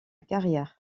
carrière